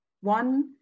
One